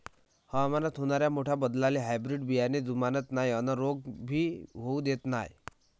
हवामानात होनाऱ्या मोठ्या बदलाले हायब्रीड बियाने जुमानत नाय अन रोग भी होऊ देत नाय